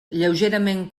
lleugerament